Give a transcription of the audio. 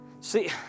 See